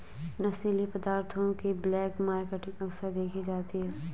नशीली पदार्थों की ब्लैक मार्केटिंग अक्सर देखी जाती है